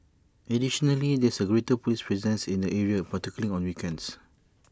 additionally there is A greater Police presence in the area particularly on weekends